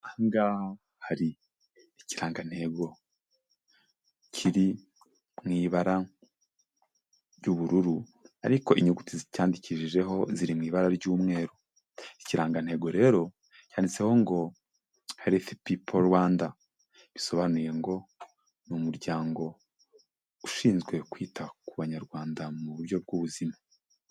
Ahangaha hari ikirangantego kiri mu ibara ry'ubururu ariko inyuguti zicyandikishijeho ziri mu ibara ry'umweru. Ikirangantego rero cyanditseho ngo herifu pipo Rwanda bisobanuye ngo ni umuryango ushinzwe kwita ku banyarwanda mu buryo bw'ubuzima.